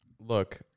look